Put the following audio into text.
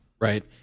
Right